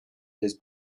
his